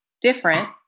different